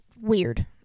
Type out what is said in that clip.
weird